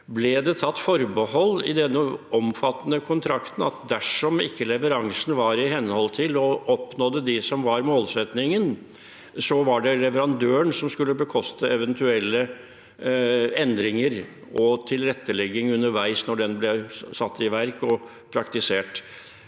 Ble det tatt forbehold i denne omfattende kontrakten om at dersom leveransen ikke var i henhold til eller oppnådde det som var målsettingen, var det leverandøren som skulle bekoste eventuelle endringer og tilrettelegging underveis, når den ble satt i verk og praktisert?